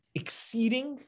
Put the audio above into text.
exceeding